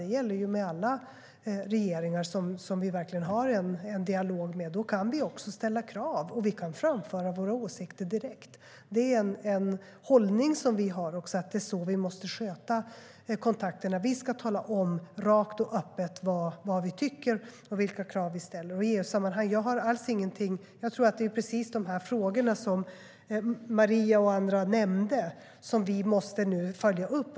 Så är det med alla regeringar som vi har en dialog med. Då kan vi också ställa krav, och vi kan framföra våra åsikter direkt. Det är en hållning som vi har: Det är så vi måste sköta kontakterna. Vi ska tala om rakt och öppet vad vi tycker och vilka krav vi ställer. Jag tror att det är precis de frågor som Maria och andra nämnde som vi nu måste följa upp.